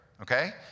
okay